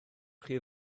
chi